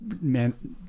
Man